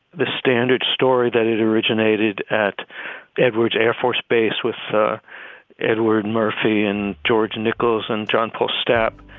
the standard story that it originated at edwards air force base with edward murphy and george nichols and john paul stepp